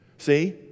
See